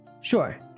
Sure